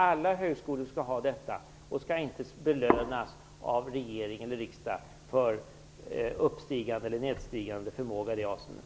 Alla högskolor skall ha detta och skall inte belönas av regering eller riksdag för uppstigande eller nedstigande förmåga i det avseendet.